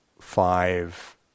five